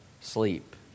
sleep